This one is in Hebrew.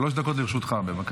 שלוש דקות לרשותך, בבקשה.